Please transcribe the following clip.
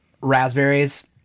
Raspberries